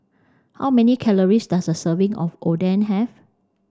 how many calories does a serving of Oden have